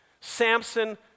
Samson